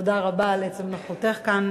תודה רבה על עצם נוכחותך כאן,